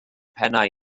pennau